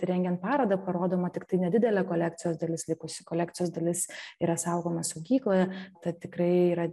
rengiant parodą parodoma tiktai nedidelė kolekcijos dalis likusi kolekcijos dalis yra saugoma saugykloje tad tikrai yra